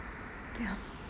ya